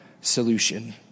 solution